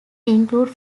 include